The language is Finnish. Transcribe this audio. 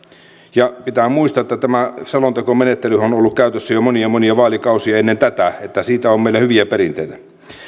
ja pitää muistaa että tämä selontekomenettelyhän on ollut käytössä jo monia monia vaalikausia ennen tätä että siitä on meillä hyviä perinteitä